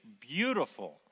beautiful